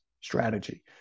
strategy